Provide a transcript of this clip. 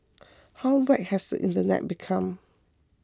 how whacked has the internet become